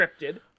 scripted